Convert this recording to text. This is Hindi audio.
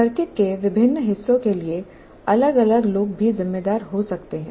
सर्किट के विभिन्न हिस्सों के लिए अलग अलग लोग भी जिम्मेदार हो सकते हैं